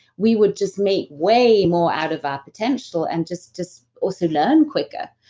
we would just make way more out of our potential and just just also learn quicker.